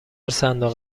صندوق